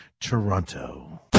Toronto